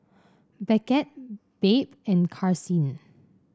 Beckett Babe and Karsyn